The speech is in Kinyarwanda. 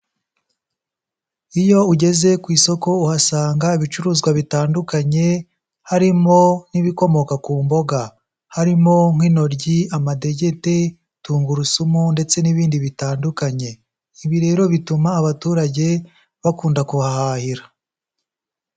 Iyo ugeze ku isoko uhasanga ibicuruzwa bitandukanye, harimo n'ibikomoka ku mboga, harimo nk'inoryi, amadegede, tungurusumu, ndetse n'ibindi bitandukanye, ibi rero bituma abaturage bakunda kuhahahira.